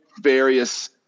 various